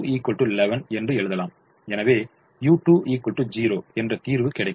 9 2 11 என்று எழுதலாம் எனவே u2 0 என்ற தீர்வு கிடைக்கும்